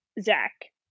Zach